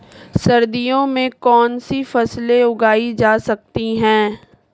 सर्दियों में कौनसी फसलें उगाई जा सकती हैं?